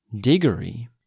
Diggory